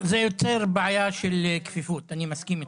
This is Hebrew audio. זה יוצר בעיה של צפיפות, אני מסכים איתך.